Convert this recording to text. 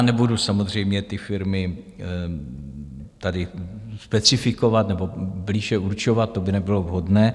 Nebudu samozřejmě ty firmy tady specifikovat nebo blíže určovat, to by nebylo vhodné.